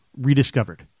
rediscovered